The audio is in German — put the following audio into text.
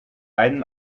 einen